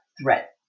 threat